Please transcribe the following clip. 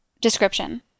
Description